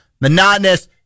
Monotonous